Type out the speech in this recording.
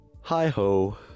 Hi-ho